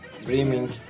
dreaming